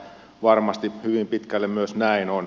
varmasti hyvin pitkälle myös näin on